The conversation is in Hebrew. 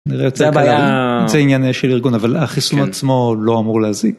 זה בעיה ענייני של ארגון אבל החיסון עצמו לא אמור להזיק.